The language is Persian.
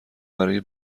برای